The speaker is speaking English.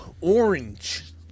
orange